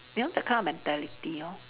you know that kind of mentality lor